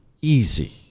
easy